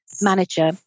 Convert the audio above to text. manager